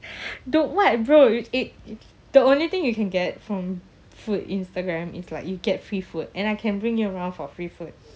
don't want bro you ate the only thing you can get from food Instagram is like you get free food and I can bring you around for free food